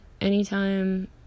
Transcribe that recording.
anytime